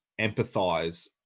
empathize